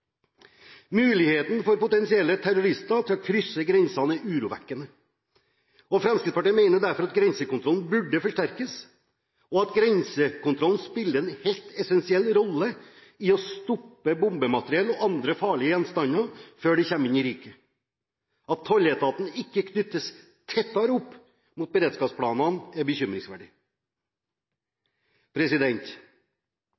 Muligheten for potensielle terrorister til å krysse grensene er urovekkende. Fremskrittspartiet mener derfor at grensekontrollen burde forsterkes, og at grensekontrollen spiller en helt essensiell rolle i å stoppe bombemateriell og andre farlige gjenstander før de kommer inn i riket. Det at tolletaten ikke knyttes tettere opp mot beredskapsplanene, er bekymringsverdig.